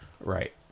Right